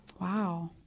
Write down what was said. Wow